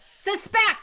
Suspect